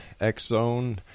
X-Zone